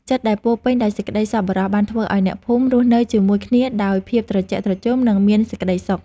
ចិត្តដែលពោរពេញដោយសេចក្ដីសប្បុរសបានធ្វើឱ្យអ្នកភូមិរស់នៅជាមួយគ្នាដោយភាពត្រជាក់ត្រជុំនិងមានសេចក្ដីសុខ។